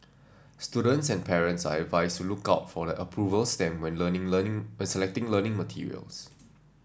students and parents are advised to look out for the approval stamp when learning learning when selecting learning materials